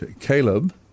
Caleb